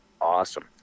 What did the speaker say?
awesome